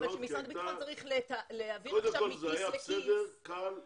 אבל כשמשרד הביטחון להעביר עכשיו מכיס לכיס --- קודם כל זה היה בסדר,